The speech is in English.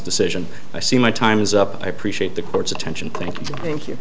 decision i see my time is up i appreciate the court's attention